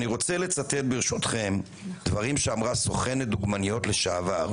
אני רוצה לצטט דברים שאמרה סוכנת דוגמניות לשעבר,